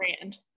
brand